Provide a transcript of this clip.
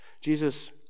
Jesus